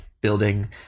building